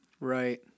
Right